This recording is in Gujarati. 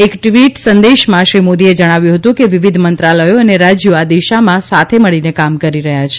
એક ટવીટ સંદેશામાં શ્રી મોદીએ જણાવ્યું હતું કે વિવિધ મંત્રાલથી અને રાજથી આ દિશામાં સાથે મળીને કામ કરી રહથાં છે